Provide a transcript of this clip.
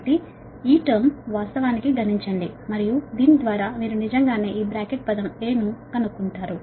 కాబట్టి ఈ టర్మ్ వాస్తవానికి గణించండి మరియు దీని ద్వారా మీరు నిజంగానే ఈ బ్రాకెట్ పదం A ను కనుకుంటారు